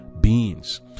beings